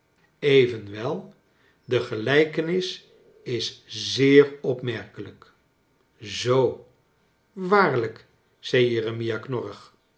evenwel de gelijkenis is zeer opmerkelijk zoo waarlijk zei jeremia knorrig